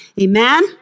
Amen